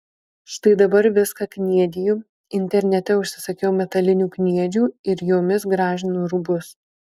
štai dabar viską kniediju internete užsisakau metalinių kniedžių ir jomis gražinu rūbus